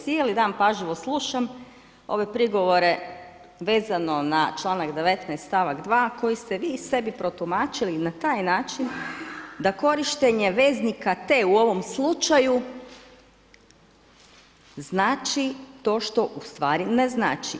Cijeli dan pažljivo slušam ove prigovore vezano na članak 19. stavak 2. koji ste vi sebi protumačili na taj način da korištenje veznika te u ovom slučaju znači to što ustvari ne znači.